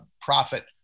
profit